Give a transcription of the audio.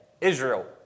Israel